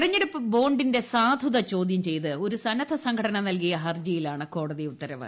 തെരഞ്ഞെടുപ്പ് ബോണ്ടിന്റെ സാധുത ചോദ്യം ചെയ്ത് ഒരു സന്നദ്ധ സംഘടന നൽകിയ ഹർജിയിലാണ് കോടതി ഉത്തരവ്